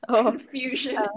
confusion